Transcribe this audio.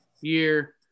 year